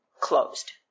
closed